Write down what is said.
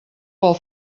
pel